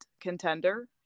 contender